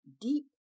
deep